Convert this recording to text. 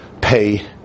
pay